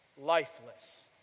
lifeless